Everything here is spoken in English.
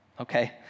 okay